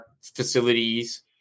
facilities